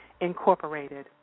Incorporated